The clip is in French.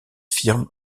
firme